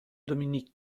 dominique